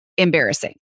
embarrassing